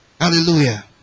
hallelujah